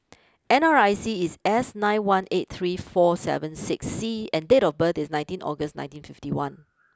N R I C is S nine one eight three four seven six C and date of birth is nineteen August nineteen fifty one